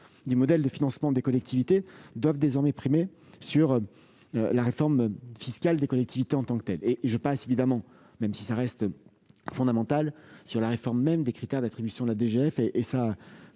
du modèle de financement des collectivités doivent désormais primer la réforme fiscale des collectivités en tant que telle. Je passe évidemment, bien que ce sujet demeure fondamental, sur la réforme des critères d'attribution de la DGF et sa